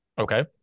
Okay